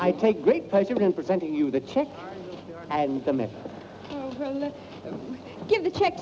i take great pleasure in presenting you the check and so many give the check